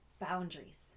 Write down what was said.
boundaries